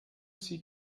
zieht